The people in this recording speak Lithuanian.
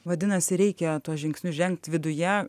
vadinasi reikia tuos žingsnius žengt viduje